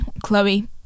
chloe